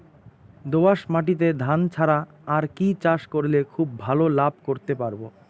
দোয়াস মাটিতে ধান ছাড়া আর কি চাষ করলে খুব ভাল লাভ করতে পারব?